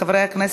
(תיקון,